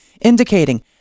indicating